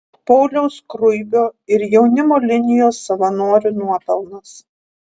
pauliaus skruibio ir jaunimo linijos savanorių nuopelnas